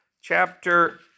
chapter